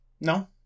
No